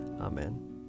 Amen